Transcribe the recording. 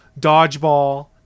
Dodgeball